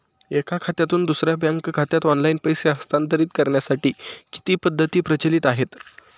एका खात्यातून दुसऱ्या बँक खात्यात ऑनलाइन पैसे हस्तांतरित करण्यासाठी किती पद्धती प्रचलित आहेत?